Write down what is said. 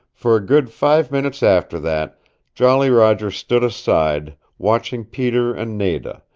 for a good five minutes after that jolly roger stood aside watching peter and nada,